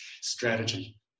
strategy